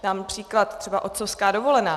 Dám příklad, třeba otcovská dovolená.